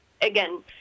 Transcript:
again